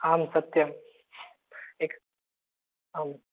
आम् सत्यम् एक् आम्